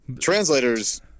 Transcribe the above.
Translators